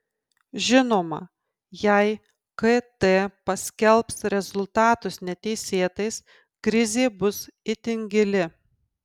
žinoma jei kt paskelbs rezultatus neteisėtais krizė bus itin gili